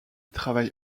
travaille